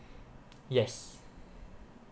yes